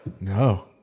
No